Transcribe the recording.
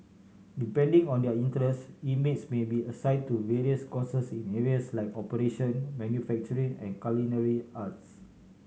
depending on their interests inmates may be assigned to various courses in areas like operation manufacturing and culinary arts